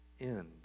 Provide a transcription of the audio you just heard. end